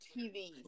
TV